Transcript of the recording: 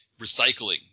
recycling